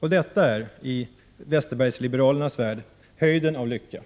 Och detta är, i Westerbergsliberalernas värld, höjden av lycka.